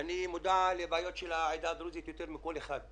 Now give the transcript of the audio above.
אני מודע לבעיות של העדה הדרוזית יותר מכל אחד אחר,